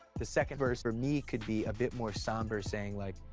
the second verse, for me, could be a bit more somber saying like,